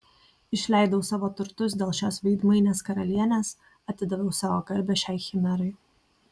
išleidau savo turtus dėl šios veidmainės karalienės atidaviau savo garbę šiai chimerai